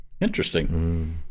Interesting